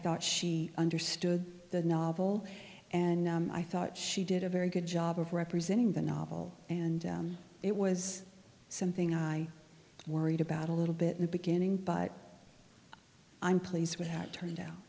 thought she understood the novel and i thought she did a very good job of representing the novel and it was something i worried about a little bit in the beginning but i'm pleased with that turned out